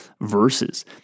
verses